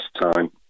time